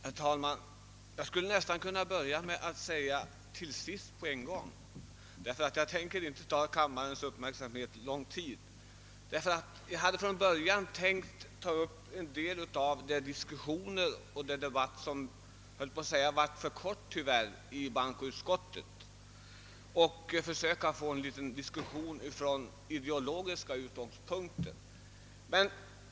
Herr talman! Jag skulle nästan kunna börja med att säga »till sist», därför att jag tänker inte ta kammarens uppmärksamhet lång tid i anspråk. Från början hade jag tänkt ta upp en del av den debatt, som förekom i bankoutskottet och som tyvärr blev för kort, för att få till stånd en diskussion från ideologiska utgångspunkter.